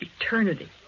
Eternity